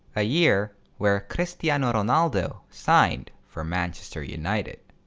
a year where cristiano ronaldo signed for manchester united.